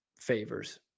favors